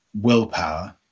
willpower